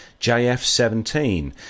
JF-17